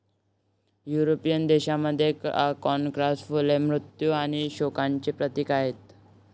European देशांमध्ये, chrysanthemum फुले मृत्यू आणि शोकांचे प्रतीक आहेत